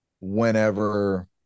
whenever